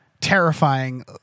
terrifying